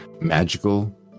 magical